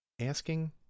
asking